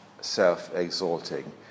self-exalting